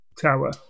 tower